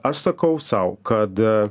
aš sakau sau kad